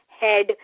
head